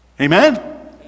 Amen